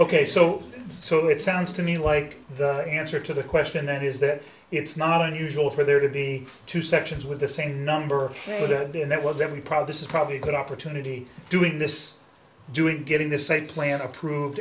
ok so so it sounds to me like the answer to the question that is that it's not unusual for there to be two sections with the same number painted and that was every probably this is probably a good opportunity doing this doing getting the same plan approved